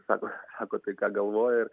sako sako tai ką galvoja ir